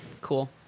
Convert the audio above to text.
Cool